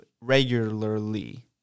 regularly